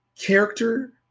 character